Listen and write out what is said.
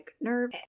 nerve